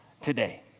today